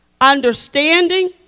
understanding